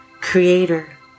creator